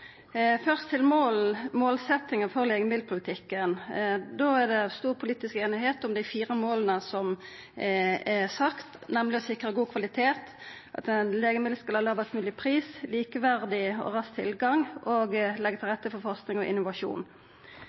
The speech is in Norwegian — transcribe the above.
Først til målsetjinga for legemiddelpolitikken: Det er stor politisk einigheit om dei fire måla som er sette, nemleg å sikra god kvalitet, at legemiddel skal ha lågast mogleg pris, at det er likeverdig og rask tilgang, og at det vert lagt til rette for forsking og innovasjon.